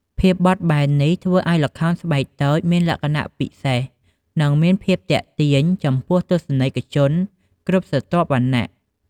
ភាពបត់បែននេះធ្វើឱ្យល្ខោនស្បែកតូចមានលក្ខណៈពិសេស និងមានភាពទាក់ទាញចំពោះទស្សនិកជនគ្រប់ស្រទាប់វណ្ណៈ។